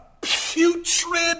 putrid